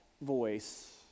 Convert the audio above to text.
voice